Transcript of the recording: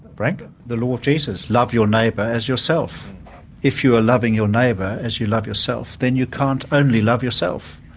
frank? the lord jesus love your neighbour as yourself if you are loving your neighbour as you love yourself, then you can't only love yourself.